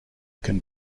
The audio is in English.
can